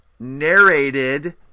narrated